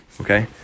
Okay